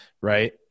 Right